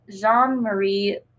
Jean-Marie